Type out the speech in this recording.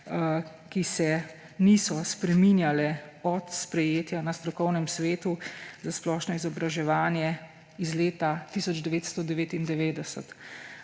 ki se niso spreminjale od sprejetja na Strokovnem svetu za splošno izobraževanje iz leta 1999.